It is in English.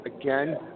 again